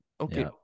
Okay